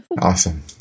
awesome